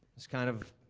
it's kind of